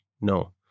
No